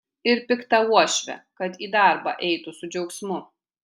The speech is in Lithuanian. ir piktą uošvę kad į darbą eitų su džiaugsmu